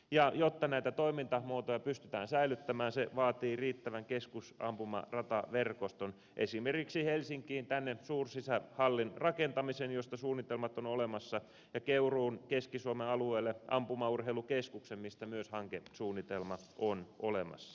ja jotta näitä toimintamuotoja pystytään säilyttämään se vaatii riittävän kes kusampumarataverkoston esimerkiksi helsinkiin suursisähallin rakentamisen josta suunnitelmat on olemassa ja keuruun keski suomen alueelle ampumaurheilukeskuksen mistä myös hankesuunnitelma on olemassa